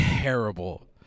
Terrible